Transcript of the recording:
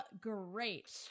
Great